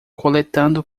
coletando